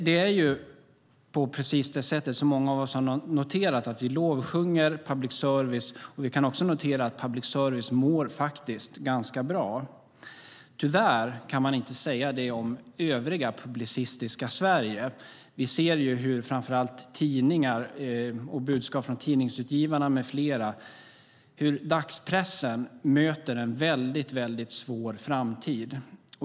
Det är på precis det sätt som många av oss har noterat, att vi lovsjunger public service. Vi kan också notera att public service faktiskt mår ganska bra. Tyvärr kan man inte säga det om övriga publicistiska Sverige. Vi ser ju hur framför allt tidningar - det är budskap från Tidningsutgivarna med flera - och dagspressen möter en väldigt svår framtid.